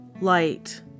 light